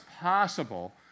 possible